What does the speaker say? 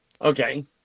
Okay